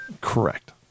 Correct